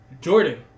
Jordan